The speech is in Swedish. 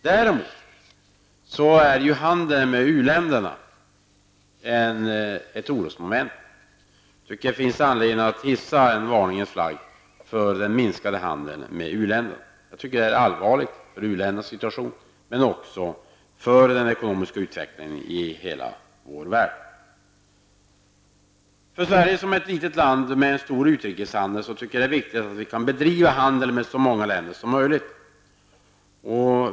Däremot är handeln med u-länderna ett orosmoment. Jag tycker att det finns anledning att hissa en varningens flagg vad gäller just den minskade handeln med u-länderna, något som är allvarligt både för u-länderna själva och för den ekonomiska utvecklingen i världen som helhet. För Sverige, som är ett litet land med en omfattande utrikeshandel, är det viktigt att bedriva handel med så många länder som möjligt.